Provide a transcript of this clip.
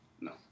No